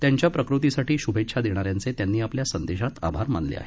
त्यांच्या प्रकृतीसाठी श्भेच्छा देणाऱ्यांचे त्यांनी आपल्या संदेशात आभार मानले आहेत